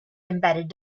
embedded